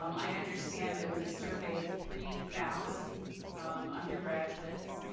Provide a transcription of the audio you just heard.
um i understand that we surveyed three thousand undergraduates.